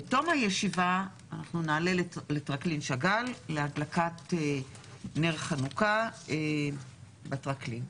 בתום הישיבה נעלה לטרקלין שאגאל להדלקת נר חנוכה בטרקלין.